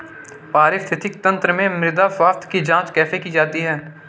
पारिस्थितिकी तंत्र में मृदा स्वास्थ्य की जांच कैसे की जाती है?